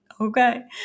okay